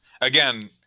Again